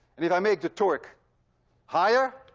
and if i make the torque higher,